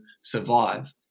survive